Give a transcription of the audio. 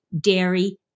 dairy